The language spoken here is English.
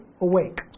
awake